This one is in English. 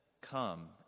come